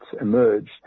emerged